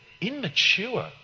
immature